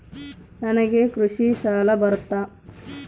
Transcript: ನನಗೆ ಕೃಷಿ ಸಾಲ ಬರುತ್ತಾ?